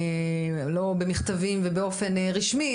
לא במכתבים ובאופן רשמי,